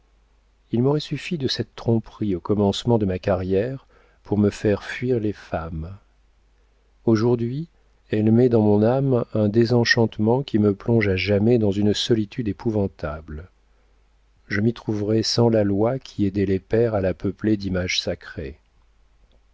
il m'aurait suffi de cette tromperie au commencement de ma carrière pour me faire fuir les femmes aujourd'hui elle met dans mon âme un désenchantement qui me plonge à jamais dans une solitude épouvantable je m'y trouverai sans la foi qui aidait les pères à la peupler d'images sacrées